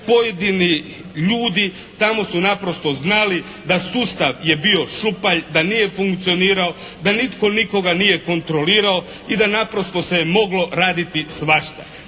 pojedini ljudi tamo su naprosto znali da sustav je bio šupalj, da nije funkcionirao, da nitko nikoga nije kontrolirao i da naprosto se je moglo raditi svašta.